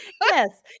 yes